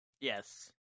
Yes